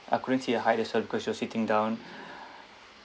I couldn't see her height also because she was sitting down